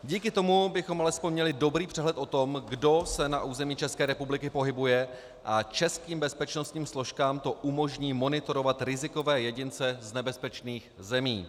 Díky tomu bychom alespoň měli dobrý přehled o tom, kdo se na území České republiky pohybuje, a českým bezpečnostním složkám to umožní monitorovat rizikové jedince z nebezpečných zemí.